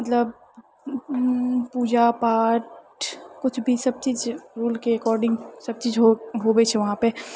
मतलब पूजा पाठ किछु भी सबचीज रूलके एकॉर्डिंग सबचीज होबै छै वहाँपर